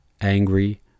angry